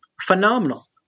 Phenomenal